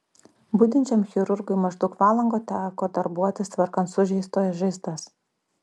budinčiam chirurgui maždaug valandą teko darbuotis tvarkant sužeistojo žaizdas